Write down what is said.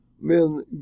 men